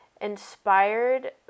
inspired